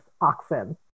oxen